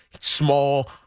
Small